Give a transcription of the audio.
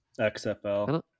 XFL